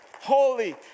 Holy